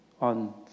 on